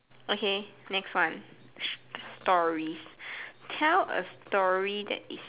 okay next one stories tell a story that is